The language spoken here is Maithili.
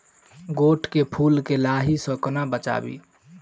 गोट केँ फुल केँ लाही सऽ कोना बचाबी?